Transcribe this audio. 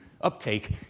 uptake